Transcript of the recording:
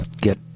get